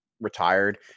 retired